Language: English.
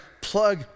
plug